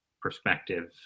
perspective